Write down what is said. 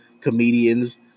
comedians